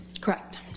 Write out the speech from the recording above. Correct